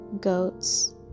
goats